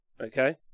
okay